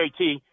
JT